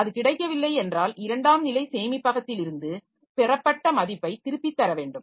அது கிடைக்கவில்லை என்றால் இரண்டாம் நிலை சேமிப்பகத்திலிருந்து பெறப்பட்ட மதிப்பை திருப்பித் தர வேண்டும்